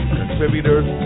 contributors